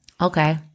Okay